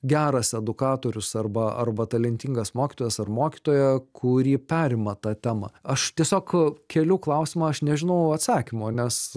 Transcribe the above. geras edukatorius arba arba talentingas mokytojas ar mokytoja kuri perima tą temą aš tiesiog keliu klausimą aš nežinau atsakymo nes